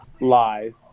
live